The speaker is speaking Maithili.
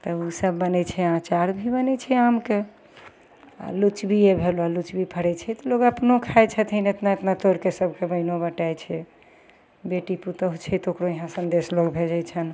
तब ओसब बनै छै अँचार भी बनै छै आमके आओर लिच्चिए भेलै लिच्ची फड़ै छै तऽ लोक अपनो खाइ छथिन एतना एतना तोड़िके सभके बेनिओ बँटाइ छै बेटी पुतौहु छै तऽ ओकरो इहाँ सन्देश लोक भेजै छनि